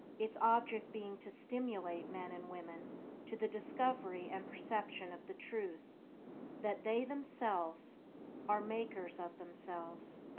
its object being to stimulate men and women to the discovery and perception of the truth that they themselves are makers of themselves.